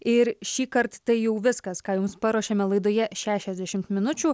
ir šįkart tai jau viskas ką jums paruošėme laidoje šešiasdešmt minučių